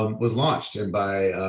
um was launched and by